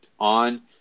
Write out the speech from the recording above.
on